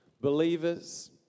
believers